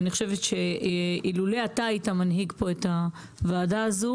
אני חושבת שאילולא אתה היית זה שעומד בראש הוועדה הזאת